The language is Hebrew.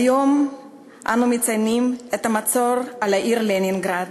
היום אנו מציינים את המצור על העיר לנינגרד,